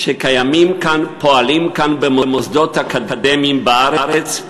שפועלים במוסדות אקדמיים כאן בארץ,